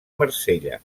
marsella